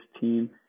team